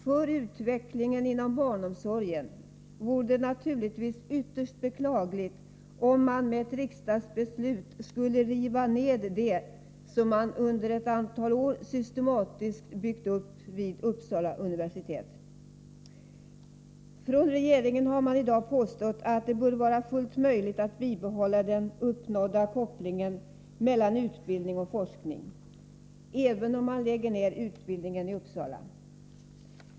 För utvecklingen inom barnomsorgen vore det naturligtvis ytterst beklagligt, om man med ett riksdagsbeslut skulle riva ned det som man under ett antal år systematiskt har byggt upp vid Uppsala universitet. Från regeringen har man i dag påstått att det bör vara fullt möjligt att bibehålla den uppnådda kopplingen mellan utbildning och forskning, även om man lägger ned utbildningen i Uppsala.